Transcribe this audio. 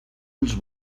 als